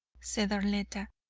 said arletta,